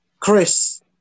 Chris